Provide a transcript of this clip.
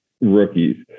rookies